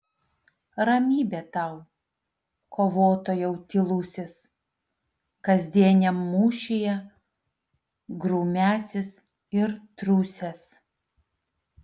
ramybė tau kovotojau tylusis kasdieniam mūšyje grūmęsis ir triūsęs